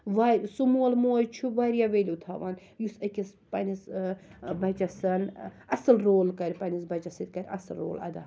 ووی سُہ مول موج چھُ واریاہ ویلِو تھاوان یُس أکِس پَننِس بَچَسَن اصٕل رول کَرِ پَننِس بَچَس سۭتۍ کَرِ اصٕل رول اَدا